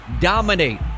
dominate